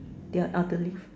yeah ah the leaf